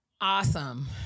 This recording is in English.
awesome